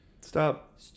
Stop